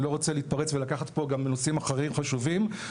אני לא רוצה להתפרץ ולקחת פה גם לנושאים חשובים אחרים.